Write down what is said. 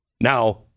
Now